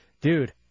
Dude